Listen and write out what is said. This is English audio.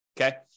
okay